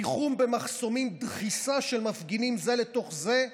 תיחום במחסומים, דחיסה של מפגינים זה לתוך זה,